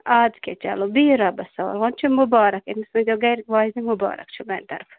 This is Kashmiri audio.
اَدٕ کہِ چلوٚو بہیٛو رۄبَس حوالہٕ وۄنۍ چھُو مُبارک أمِس ؤنۍ زیٛو گھرٕ واجنہِ مُبارک چھُ میٛانہِ طرفہ